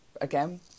again